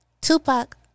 Tupac